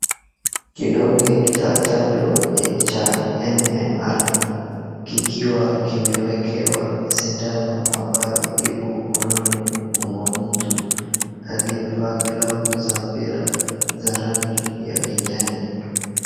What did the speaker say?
Kidonge cha chanjo cha MMR kikiwa kimewekewa sindano ambayo ipo mkononi mwa mtu aliyevaa glavu za mpira za rangi ya kijani.